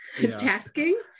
tasking